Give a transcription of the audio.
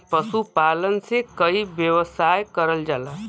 पशुपालन से कई व्यवसाय करल जाला